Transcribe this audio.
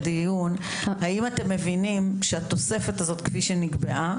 האם אתם מבינים שהתוספת כפי שנקבעה,